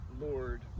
Lord